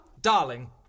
darling